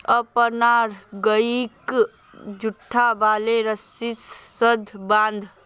अपनार गइक जुट वाले रस्सी स बांध